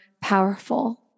powerful